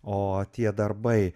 o tie darbai